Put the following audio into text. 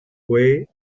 fue